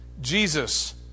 Jesus